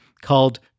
called